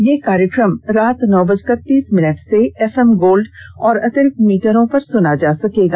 यह कार्यक्रम रात नौ बजकर तीस मिनट से एफएम गोल्ड और अतिरिक्त मीटरों पर सुना जा सकता है